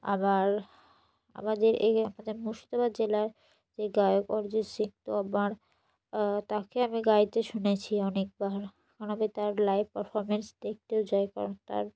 আবার আমাদের এ আমাদের মুর্শিদাবাদ জেলার যে গায়ক অরিজিৎ সিং তো আমার তাকে আমি গাইতে শুনেছি অনেকবার কারণ আমি তার লাইভ পারফরম্যান্স দেখতেও যাই কারণ তার